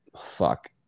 Fuck